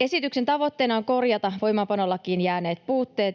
Esityksen tavoitteena on korjata voimaanpanolakiin jääneet puutteet